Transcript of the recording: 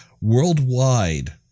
Worldwide